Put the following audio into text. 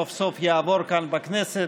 סוף-סוף יעבור כאן בכנסת.